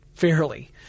Fairly